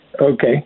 okay